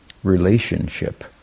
Relationship